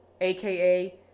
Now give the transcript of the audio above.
AKA